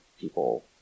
people